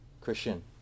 Christian